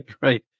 right